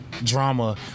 Drama